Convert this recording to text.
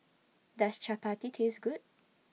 Does Chappati Taste Good